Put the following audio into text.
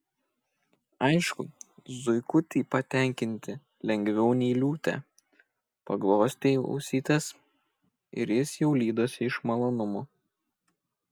aišku zuikutį patenkinti lengviau nei liūtę paglostei ausytes ir jis jau lydosi iš malonumo